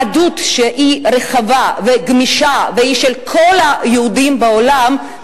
יהדות שהיא רחבה וגמישה והיא של כל היהודים בעולם,